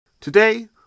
Today